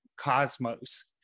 Cosmos